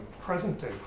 present-day